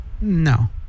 No